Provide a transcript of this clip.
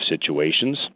situations